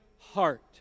heart